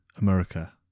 America